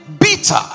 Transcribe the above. bitter